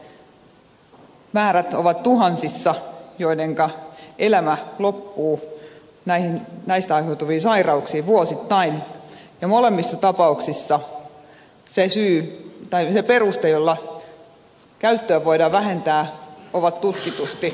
niiden määrät ovat tuhansissa joidenka elämä loppuu näistä aiheutuviin sairauksiin vuosittain ja molemmissa tapauksissa ne perusteet joilla käyttöä voidaan vähentää ovat tutkitusti saatavuus ja hinta